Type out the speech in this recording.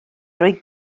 roi